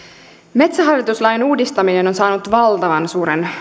metsähallitus lain uudistaminen on saanut valtavan suuren